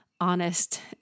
honest